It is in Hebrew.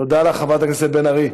תודה לך, חברת הכנסת בן ארי,